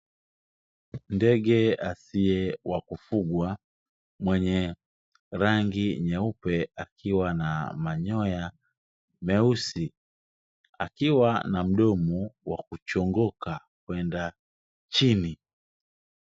Ndege asiye wa kufungwa mwenye rangi nyeupe akiwa na manyoya meusi, akiwa na mdomo wa kuchongoka kwenda chini.